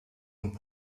und